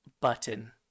button